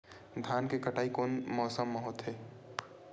धान के कटाई कोन मौसम मा होथे?